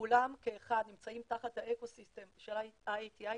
כולם כאחד נמצאים תחת האקו-סיסטם של IATI,